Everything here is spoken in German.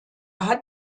hat